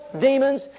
demons